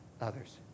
others